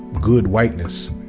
good whiteness.